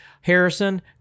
Harrison